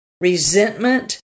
resentment